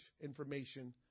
information